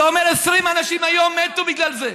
זה אומר ש-20 אנשים מתו היום בגלל זה,